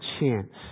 chance